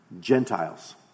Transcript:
Gentiles